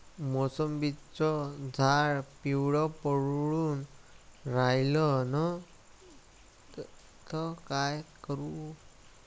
मोसंबीचं झाड पिवळं पडून रायलं त का करू?